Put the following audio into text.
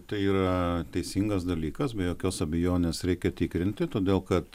tai yra teisingas dalykas be jokios abejonės reikia tikrinti todėl kad